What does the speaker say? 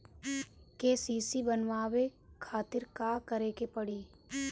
KCC बनवावे खातिर का करे के पड़ी?